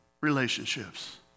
relationships